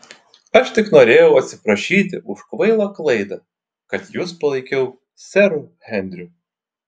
aš tik norėjau atsiprašyti už kvailą klaidą kad jus palaikiau seru henriu